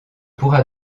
pourra